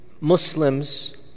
Muslims